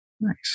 Nice